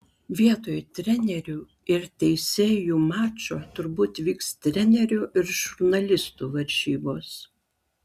vietoj trenerių ir teisėjų mačo turbūt vyks trenerių ir žurnalistų varžybos